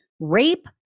rape